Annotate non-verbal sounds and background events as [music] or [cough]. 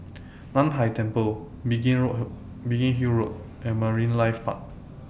NAN Hai Temple Biggin [unintelligible] Biggin Hill Road and Marine Life Park [noise]